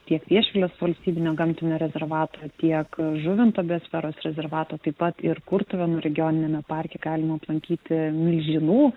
tiek viešvilės valstybinio gamtinio rezervato tiek žuvinto biosferos rezervato taip pat ir kurtuvėnų regioniniame parke galima aplankyti milžinų